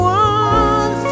one